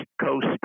Coast